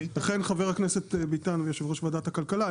לכן חבר הכנסת ביטן ויושב ראש ועדת הכלכלה,